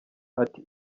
ati